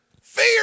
fear